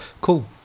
cool